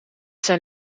zijn